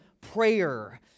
prayer